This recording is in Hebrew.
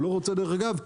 הוא לא רוצה דרך אגב,